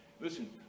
Listen